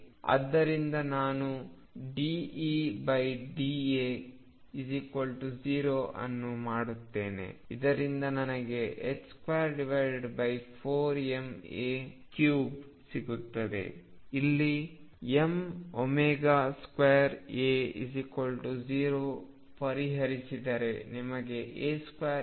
ಆದ್ದರಿಂದ ನಾನು dEda0 ಅನ್ನು ಮಾಡುತ್ತೇನೆ ಇದರಿಂದ ನನಗೆ24ma3 ಸಿಗುತ್ತದೆ ಇಲ್ಲಿ m2a0 ಪರಿಹರಿಸಿದರೆ ನಿಮಗೆ a22mω ಸಿಗುತ್ತದೆ